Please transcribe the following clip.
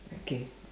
okay